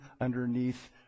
underneath